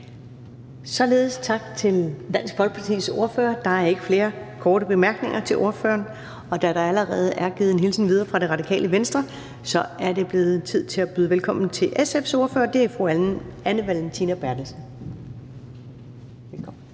Således tak til Dansk Folkepartis ordfører. Der er ikke flere korte bemærkninger til ordføreren, og da der allerede er givet en hilsen videre fra Det Radikale Venstre, er det blevet tid til at byde velkommen til SF's ordfører, og det er fru Anne Valentina Berthelsen. Velkommen.